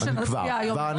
במקום שנצביע היום.